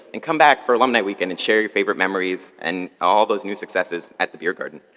and come back for alumni weekend and share your favorite memories and all those new successes at the beer garden.